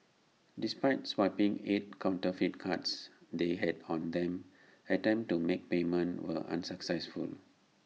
despite swiping eight counterfeit cards they had on them attempts to make payment were unsuccessful